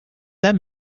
that